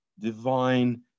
Divine